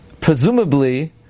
presumably